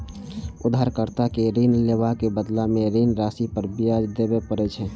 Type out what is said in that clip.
उधारकर्ता कें ऋण लेबाक बदला मे ऋण राशि पर ब्याज देबय पड़ै छै